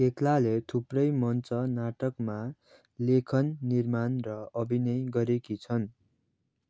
केक्लाँले थुप्रै मञ्च नाटकमा लेखन निर्माण र अभिनय गरेकी छन्